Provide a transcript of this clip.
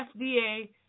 FDA